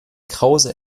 krause